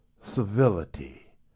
civility